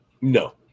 No